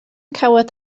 cawod